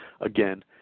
Again